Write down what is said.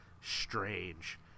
strange